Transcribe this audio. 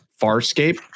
Farscape